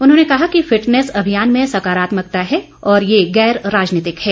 उन्होंने कहा कि फिटनेस अभियान में सकारात्मकता है और यह गैर राजनीतिक है